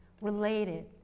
related